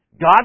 God